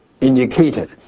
indicated